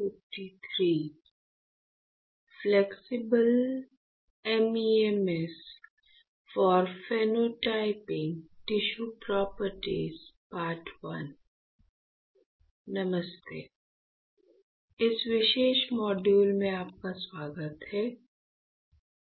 नमस्ते इस विशेष मॉड्यूल में आपका स्वागत है